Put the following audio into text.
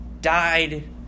died